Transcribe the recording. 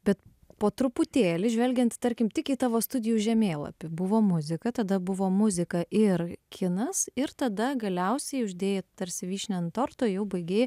bet po truputėlį žvelgiant tarkim tik į tavo studijų žemėlapį buvo muzika tada buvo muzika ir kinas ir tada galiausiai uždėjai tarsi vyšnią ant torto jau baigei